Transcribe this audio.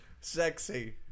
Sexy